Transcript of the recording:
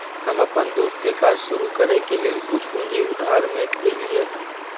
हम अप्पन दोस के काज शुरू करए के लेल कुछ पूजी उधार में देलियइ हन